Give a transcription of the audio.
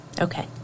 Okay